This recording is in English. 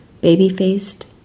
Baby-faced